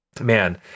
man